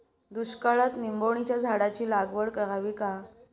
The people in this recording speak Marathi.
दुष्काळात निंबोणीच्या झाडाची लागवड करावी का?